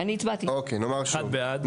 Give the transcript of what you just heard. הצבעה בעד,